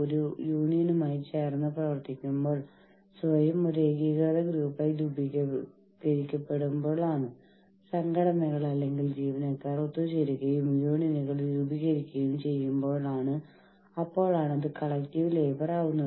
ഒരു യൂണിയൻ ഈ പ്രശ്നങ്ങൾ സംസാരിക്കുന്നില്ലെങ്കിൽ ഈ പ്രശ്നങ്ങൾ അവർ അഭിസംബോധന ചെയ്യുന്നില്ലെങ്കിൽ അതിനർത്ഥം അവർ ചില ഞാൻ അർത്ഥമാക്കുന്നത് ഇത് അവർക്ക് വളരെ വളരെ അത്യാവശ്യമാണ്